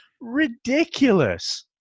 ridiculous